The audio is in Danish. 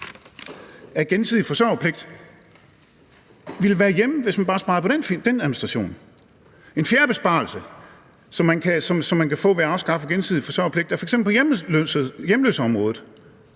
af gensidig forsørgerpligt ville være hjemme, hvis man bare sparede på den administration? En fjerde besparelse, som man kan få ved at afskaffe gensidig forsørgerpligt, er f.eks. på hjemløseområdet.